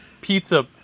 pizza